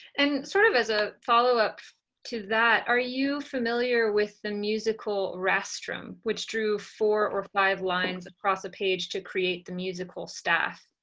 and sort of as a follow-up to that are you familiar with the musical rastrum, which drew four or five lines across a page to create the musical staff?